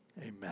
amen